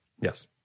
Yes